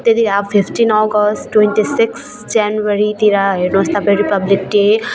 त्यतिखरे अब fifteen August twenty six जनवरीतिर हेर्नु होस् तपाईँ रिपब्लिक डे